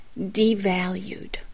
devalued